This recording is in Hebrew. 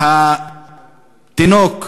מהתינוק